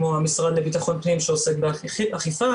כמו המשרד לביטחון פנים שעוסק באכיפה,